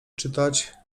czytać